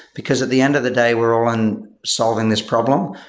because at the end of the day, we're all in solving this problem.